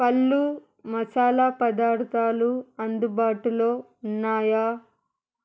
పళ్ళు మసాలా పదార్థాలు అందుబాటులో ఉన్నాయా